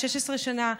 16 שנה,